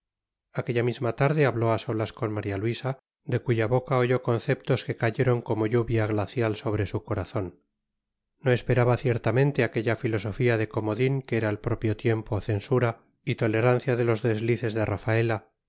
aquella misma tarde habló a solas con maría luisa de cuya boca oyó conceptos que cayeron como lluvia glacial sobre su corazón no esperaba ciertamente aquella filosofía de comodín que era al propio tiempo censura y tolerancia de los deslices de rafaela